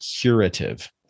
curative